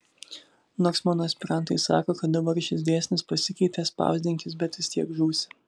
nors mano aspirantai sako kad dabar šis dėsnis pasikeitė spausdinkis bet vis tiek žūsi